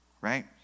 right